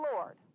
Lord